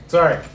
Sorry